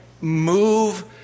move